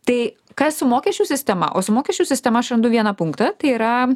tai kas su mokesčių sistema o su mokesčių sistema aš randu vieną punktą tai yra